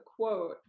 quote